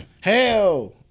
hell